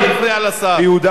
ביהודה ושומרון.